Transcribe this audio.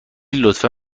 لطفا